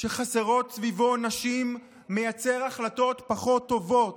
שחסרות סביבו נשים מייצר החלטות פחות טובות.